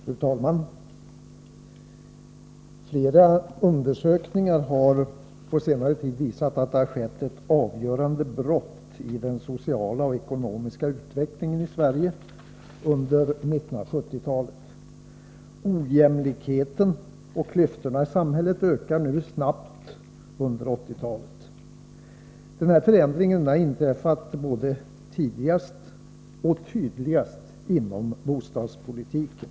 Fru talman! Flera undersökningar på senare tid har visat att det har skett ett avgörande brott i den sociala och ekonomiska utvecklingen i Sverige under 1970-talet. Ojämlikheten och klyftorna i samhället ökar nu snabbt under 1980-talet. Denna förändring har inträffat både tidigast och tydligast inom bostadspolitiken.